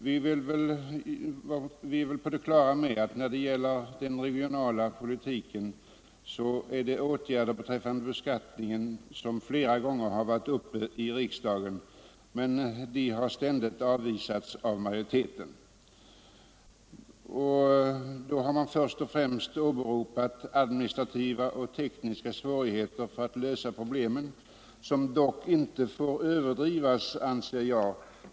Vi är väl på det klara med att när det gäller den regionala politiken har de åtgärder beträffande lindring i beskattningen som flera gånger har varit uppe till behandling i riksdagen ständigt avvisats av majoriteten. Därvid har först och främst åberopats administrativa och tekniska svårigheter att lösa problemen, som dock inte bör överdrivas, anser jag.